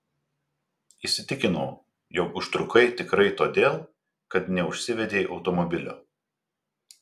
įsitikinau jog užtrukai tikrai todėl kad neužsivedei automobilio